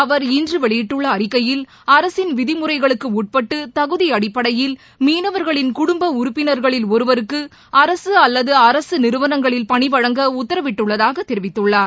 அவர் இன்று வெளியிட்டுள்ள அறிக்கையில் அரசின் விதிமுறைகளுக்கு உட்பட்டு தகுதி அடிப்படையில் மீனவர்களின் குடும்ப உறுப்பினர்களில் ஒருவருக்கு அரசு அல்லது அரசு நிறுவனங்களில் பனி வழங்க உத்தரவிட்டுள்ளதாக தெரிவித்துள்ளார்